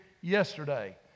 yesterday